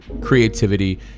creativity